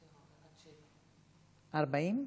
40?